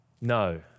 No